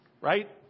Right